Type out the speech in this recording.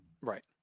Right